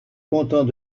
content